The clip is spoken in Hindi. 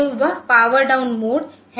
तो वह पावर डाउन मोड है